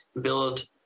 build